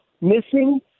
missing